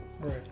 Right